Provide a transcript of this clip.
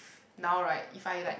now right if I like